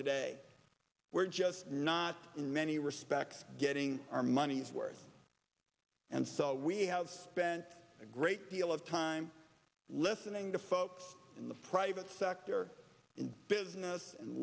today we're just not in many respects getting our money's worth and so we have spent a great deal of time listening to folks in the private sector in business and